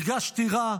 הרגשתי רע,